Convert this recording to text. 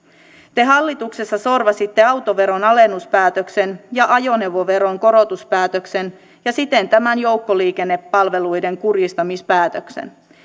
te hallituksessa sorvasitte autoveron alennuspäätöksen ja ajoneuvoveron korotuspäätöksen ja siten tämän joukkoliikennepalveluiden kurjistamispäätöksen